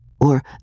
Or